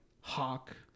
hawk